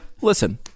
Listen